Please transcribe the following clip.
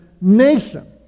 nation